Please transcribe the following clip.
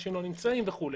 אנשים לא נמצאים וכו'.